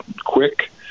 quick